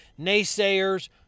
naysayers